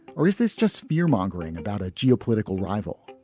or is this just fearmongering about a geopolitical rival?